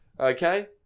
okay